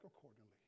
accordingly